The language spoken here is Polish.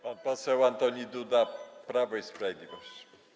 Pan poseł Antoni Duda, Prawo i Sprawiedliwość.